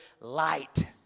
light